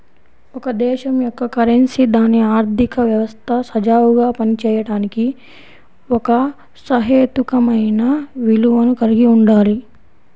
ఒక దేశం యొక్క కరెన్సీ దాని ఆర్థిక వ్యవస్థ సజావుగా పనిచేయడానికి ఒక సహేతుకమైన విలువను కలిగి ఉండాలి